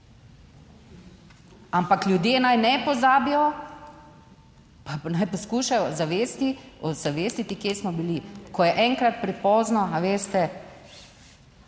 ampak ljudje naj ne pozabijo, pa naj poskušajo v zavesti, ozavestiti, kje smo bili, ko je enkrat prepozno, a veste,